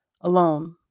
Alone